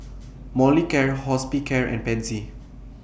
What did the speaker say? Molicare Hospicare and Pansy